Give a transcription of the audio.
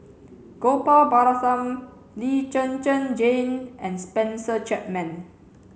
Gopal Baratham Lee Zhen Zhen Jane and Spencer Chapman